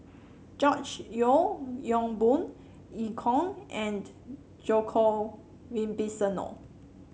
George Yeo Yong Boon Eu Kong and Djoko Wibisono